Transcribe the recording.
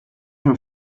him